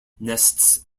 nests